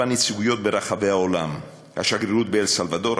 נציגויות ברחבי העולם: השגרירות באל-סלבדור,